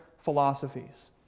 philosophies